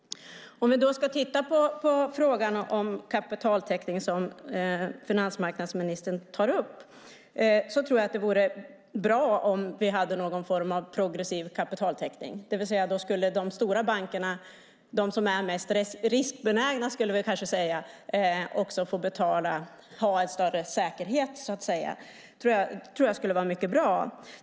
Finansmarknadsministern tar upp frågan om kapitaltäckning. Där vore det bra om vi hade någon form av progressiv kapitaltäckning, det vill säga att de stora bankerna, som vi kan säga är de mest riskbenägna, fick ta en större säkerhet så att säga. Jag tror att det skulle vara mycket bra.